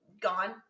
gone